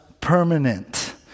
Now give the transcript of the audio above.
permanent